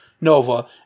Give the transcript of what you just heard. Nova